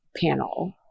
panel